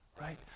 right